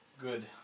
Good